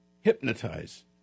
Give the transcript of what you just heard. hypnotize